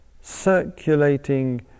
circulating